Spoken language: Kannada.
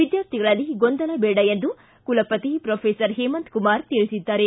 ವಿದ್ಯಾರ್ಥಿಗಳಲ್ಲಿ ಗೊಂದಲ ಬೇಡ ಎಂದು ಕುಲಪತಿ ಪ್ರೊಫೆಸರ್ ಹೇಮಂತ ಕುಮಾರ್ ತಿಳಿಸಿದ್ದಾರೆ